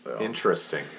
interesting